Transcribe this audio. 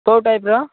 କେଉଁ ଟାଇପ୍ର